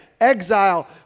exile